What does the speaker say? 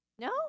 No